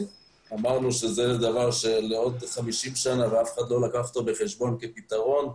אמרנו שזה דבר לעוד 50 שנה ואף אחד לא לקח אותו בחשבון כפתרון,